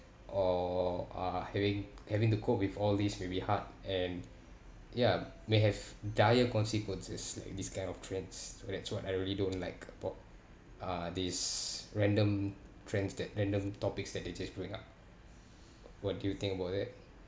or uh having having to cope with all these may be hard and ya may have dire consequences like this kind of trends that's what I really don't like about uh these random trends that random topics that they just bring up what do you think about that